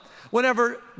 Whenever